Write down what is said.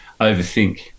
overthink